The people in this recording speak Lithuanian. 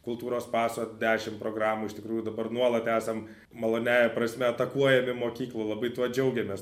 kultūros paso dešim programų iš tikrųjų dabar nuolat esam maloniąja prasme atakuojami mokyklų labai tuo džiaugiamės